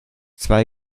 zwei